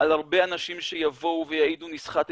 על הרבה אנשים שיבואו ויעידו: נסחטתי,